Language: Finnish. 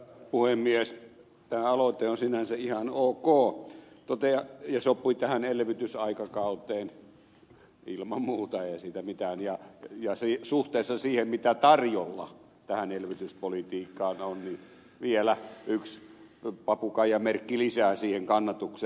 tämä aloite on sinänsä ihan ok ja sopii tähän elvytysaikakauteen ilman muuta ei siinä mitään ja suhteessa siihen mitä tähän elvytyspolitiikkaan on tarjolla vielä yksi papukaijamerkki lisää siihen kannatukseen